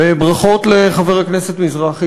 וברכות לחבר הכנסת מזרחי,